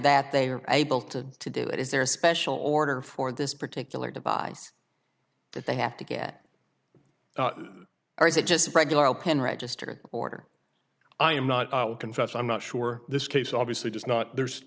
that they are able to to do it is there a special order for this particular device that they have to get or is it just a regular old pen register order i am not confess i'm not sure this case obviously does not there's